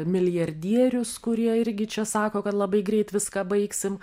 milijardierius kurie irgi čia sako kad labai greit viską baigsim